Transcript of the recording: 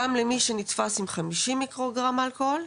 גם למי שנתפס גם עם 50 מיקרוגרם אלכוהול,